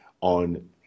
on